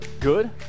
Good